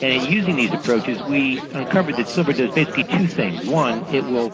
and in using these approaches we uncovered that silver does basically two things. one, it will